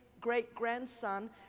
great-grandson